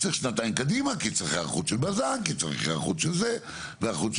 צריך שנתיים קדימה כי נדרשת היערכות של בז"ן.